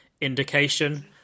indication